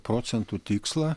procentų tikslą